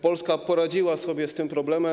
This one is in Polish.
Polska poradziła sobie z tym problemem.